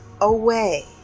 away